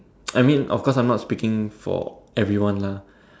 I mean of course I'm not speaking for everyone lah